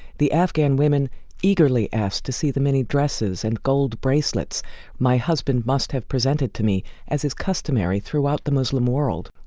the afghan women eagerly asked to see the many dresses and gold bracelets my husband must have presented to me as is customary throughout the muslim world.